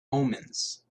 omens